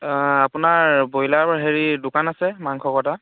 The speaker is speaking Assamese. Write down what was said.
আপোনাৰ হেৰি ব্ৰইলাৰ দোকান আছে মাংস কটা